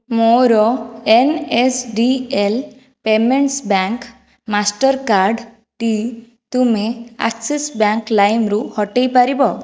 ମୋର N S D L payments bank ମାଷ୍ଟର୍କାର୍ଡ଼ଟି ତୁମେ ଆକ୍ସିସ୍ ବ୍ୟାଙ୍କ ଲାଇମ୍ରୁ ହଟାଇ ପାରିବ